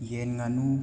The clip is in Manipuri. ꯌꯦꯟ ꯉꯥꯅꯨ